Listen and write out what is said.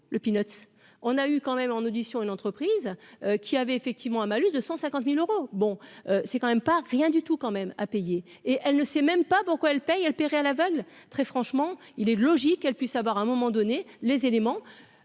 le pilote, on a eu quand même en audition, une entreprise qui avait effectivement un malus de 150000 euros, bon, c'est quand même pas rien du tout quand même à payer, et elle ne sait même pas pourquoi elle paye, elle, à l'aveugle très franchement, il est logique qu'elle puisse avoir un moment donné les éléments